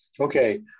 okay